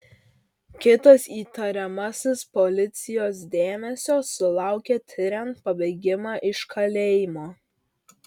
kitas įtariamasis policijos dėmesio sulaukė tiriant pabėgimą iš kalėjimo